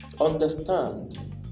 Understand